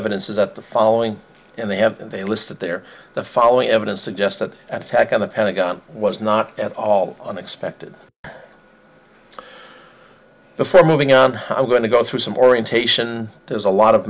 evidence is that the following in the end they list that there the following evidence suggests that an attack on the pentagon was not at all unexpected before moving on i'm going to go through some orientation there's a lot of